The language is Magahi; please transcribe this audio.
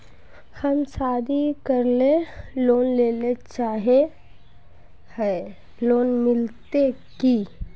हम शादी करले लोन लेले चाहे है लोन मिलते की?